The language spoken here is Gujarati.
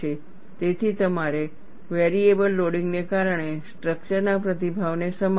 તેથી તમારે વેરીએબલ લોડિંગને કારણે સ્ટ્રક્ચરના પ્રતિભાવને સમાવવા પડશે